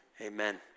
Amen